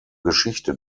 geschichte